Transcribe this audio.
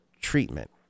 treatment